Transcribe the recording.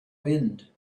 wind